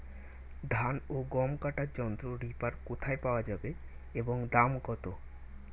ধান ও গম কাটার যন্ত্র রিপার কোথায় পাওয়া যাবে এবং দাম কত?